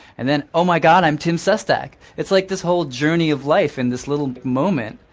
and then, oh my god, i'm tim sestak. it's like this whole journey of life in this little moment.